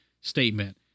statement